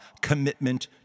commitment